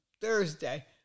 Thursday